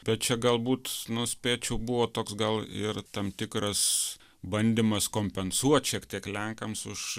bet čia galbūt nu spėčiau buvo toks gal ir tam tikras bandymas kompensuot šiek tiek lenkams už